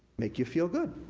make you feel good.